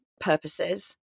purposes